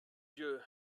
dieu